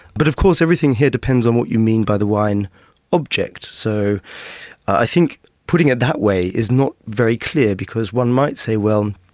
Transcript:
but of course everything here depends on what you mean by the wine object. so i think putting it that way is not very clear, because one might say, well,